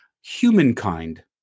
humankind